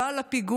לא על הפיגוע,